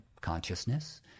consciousness